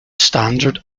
standard